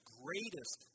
greatest